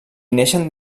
neixen